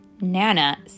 Nana